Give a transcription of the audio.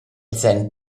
senn